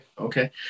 okay